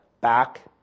back